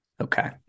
Okay